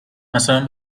مثلا